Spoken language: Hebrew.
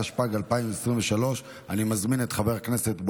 התשפ"ג 2023. אני מזמין את חבר הכנסת